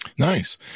Nice